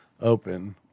open